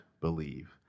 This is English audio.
believe